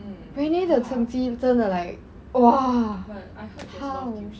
renee 的成绩真的 like !wah! how